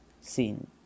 seen